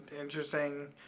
interesting